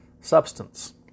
substance